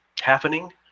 happening